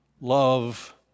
love